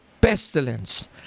pestilence